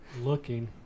looking